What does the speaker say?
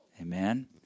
Amen